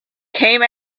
came